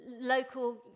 local